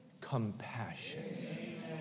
compassion